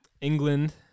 England